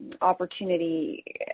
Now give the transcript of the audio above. opportunity